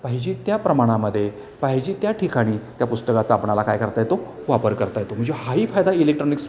पाहिजे त्या प्रमाणामध्ये पाहिजे त्या ठिकाणी त्या पुस्तकाचा आपणाला काय करता येतो वापर करता येतो म्हणजे हा हि फायदा इलेक्ट्रॉनिक्स